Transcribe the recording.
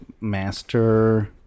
master